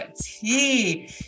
tea